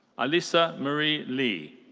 alyssa marie lee.